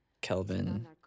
Kelvin